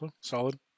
solid